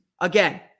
Again